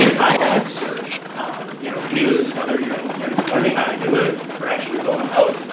kayaks or you know canoes, whether you're you're learning how to do it or actually going out.